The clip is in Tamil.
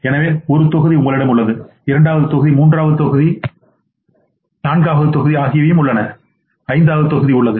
எனவே ஒரு தொகுதி உள்ளது இரண்டாவது தொகுதி உள்ளது மூன்றாவது தொகுதி உள்ளது நான்காவது தொகுதி உள்ளது ஐந்தாவது தொகுதி உள்ளது